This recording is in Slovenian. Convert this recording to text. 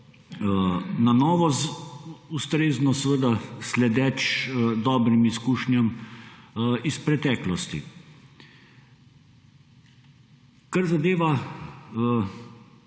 na novo, ustrezno seveda sledeč dobim izkušnjam iz preteklosti. Kar zadeva